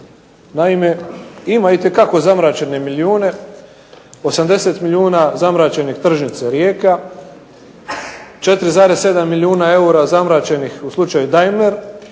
Naime, ima itekako zamračene milijune. 80 milijuna zamračenih Tržnice Rijeka, 4,7 milijuna eura u slučaju Dimler,